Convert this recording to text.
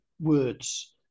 words